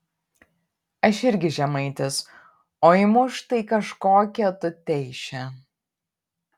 aš irgi žemaitis o imu štai kažkokią tuteišę